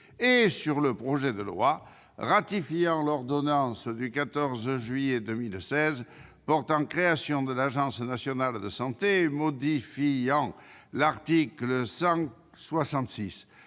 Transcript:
évoquer le projet de loi ratifiant l'ordonnance du 14 avril 2016 portant création de l'Agence nationale de santé publique et modifiant l'article 166